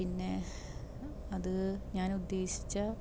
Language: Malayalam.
പിന്നെ അത് ഞാൻ ഉദ്ദേശിച്ച